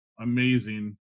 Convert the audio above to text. amazing